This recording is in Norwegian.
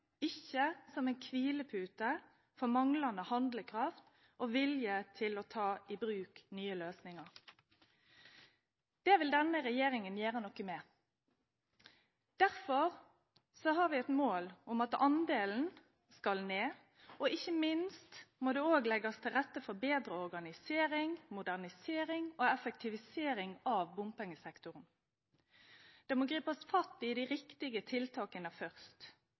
ikke som en hvilepute for manglende handlekraft og vilje til å ta i bruk nye løsninger. Det vil denne regjeringen gjøre noe med. Derfor har vi som mål at andelen skal ned, og ikke minst må det også legges til rette for bedre organisering, modernisering og effektivisering av bompengesektoren. Det må gripes fatt i de riktige tiltakene først.